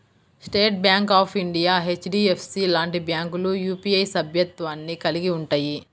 state Bank of India, HDFC లాంటి బ్యాంకులు UPI సభ్యత్వాన్ని కలిగి ఉంటయ్యి